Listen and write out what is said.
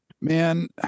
Man